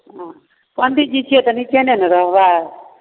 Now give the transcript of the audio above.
हँ पण्डीजी छियै तऽ निचेने ने रहबै